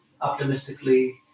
optimistically